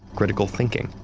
critical thinking,